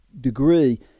degree